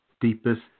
deepest